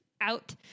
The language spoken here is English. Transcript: out